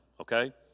okay